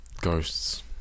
ghosts